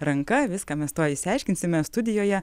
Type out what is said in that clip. ranka viską mes tuoj išsiaiškinsime studijoje